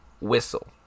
whistle